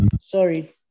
Sorry